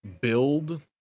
build